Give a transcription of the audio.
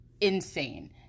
insane